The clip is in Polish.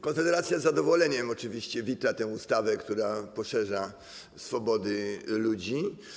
Konfederacja z zadowoleniem oczywiście wita tę ustawę, która poszerza swobody ludzi.